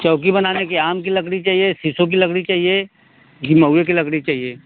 चौकी बनाने की आम की लकड़ी चाहिये सीसो की लकड़ी चाहिये कि महुए की लकड़ी चाहिये